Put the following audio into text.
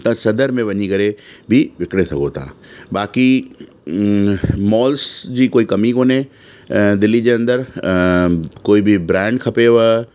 त सदर में वञी करे बि विकिणे सघो था बाक़ी मॉल्स जी कोई कमी कोने दिल्ली जे अंदरि कोई बि ब्रांड खपेव